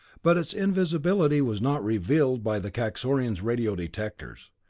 but its invisibility was not revealed by the kaxorian's radio detectors.